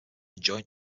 joint